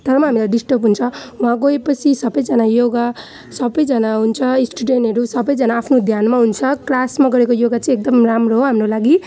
तर हामीलाई डिस्टर्भ हुन्छ वहाँ गए पछि सबजना योगा सबजना हुन्छ स्टुडेन्टहरू सबजना आफ्नो ध्यानमा हुन्छ क्लासमा गरेको योगा चाहिँ एकदम राम्रो हो हाम्रो लागि